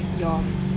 your